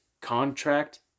contract